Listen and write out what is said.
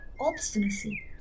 obstinacy